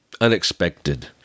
unexpected